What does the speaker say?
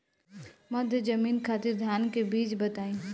मध्य जमीन खातिर धान के बीज बताई?